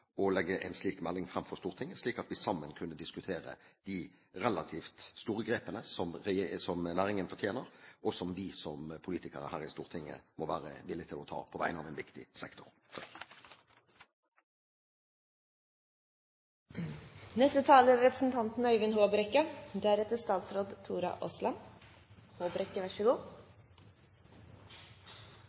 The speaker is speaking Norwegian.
legge en slik melding frem for Stortinget, slik at vi sammen kunne diskutere de relativt store grepene som næringen fortjener, og som vi som politikere her i Stortinget må være villig til å ta på vegne av en viktig sektor. Norge er en av verdens ledende maritime nasjoner. Vi er et av de få land i verden, om ikke det eneste, som har en så